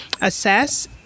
assess